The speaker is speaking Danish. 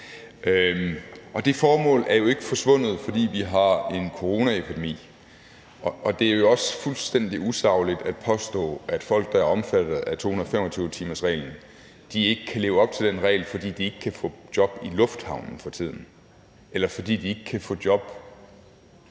det formål er jo ikke forsvundet, fordi vi har en coronaepidemi. Det er jo også fuldstændig usagligt at påstå, at folk, der er omfattet af 225-timersreglen, ikke kan leve op til den regel, fordi de ikke kan få job i lufthavnen for tiden, eller fordi de ikke kan få job